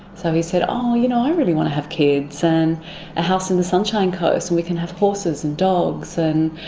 so he said, oh, you know, i really want to have kids and a house on the sunshine coast and we can have horses and dogs and,